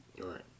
Right